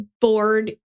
bored